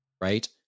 right